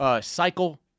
cycle